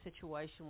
situation